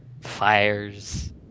fires